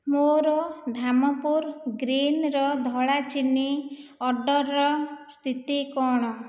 ମୋର ଧାମପୁର ଗ୍ରୀନ୍ର ଧଳା ଚିନି ଅର୍ଡ଼ର୍ର ସ୍ଥିତି କ'ଣ